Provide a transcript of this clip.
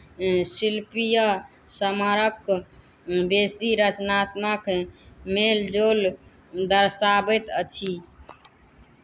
शिल्पीय स्मारक बेसी रचनात्मक मेलजोल दर्शाबैत अछि